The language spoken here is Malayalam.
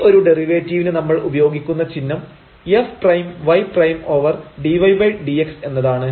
ഈ ഒരു ഡെറിവേറ്റീവിന് നമ്മൾ ഉപയോഗിക്കുന്ന ചിഹ്നം f prime y prime over dydx എന്നതാണ്